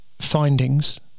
findings